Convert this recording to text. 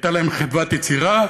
הייתה להם חדוות יצירה